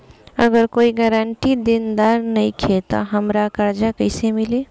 अगर कोई गारंटी देनदार नईखे त हमरा कर्जा कैसे मिली?